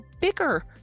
bigger